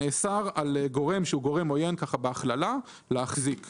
נאסר על גורם שהוא גורם עוין בהכללה להחזיק מניות.